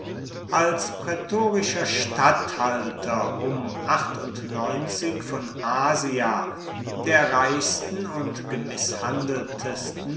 als prätorischer statthalter um von asia der reichsten und